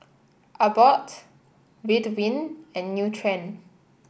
Abbott Ridwind and Nutren